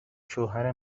شوهر